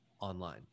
online